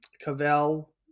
Cavell